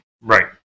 Right